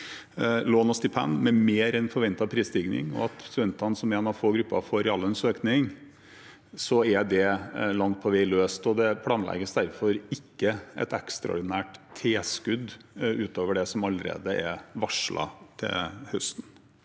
lån og stipend med mer enn forventet prisstigning, og studentene som en av få grupper får reallønnsøkning, er det langt på vei løst. Det planlegges derfor ikke et ekstraordinært tilskudd utover det som allerede er varslet til høsten.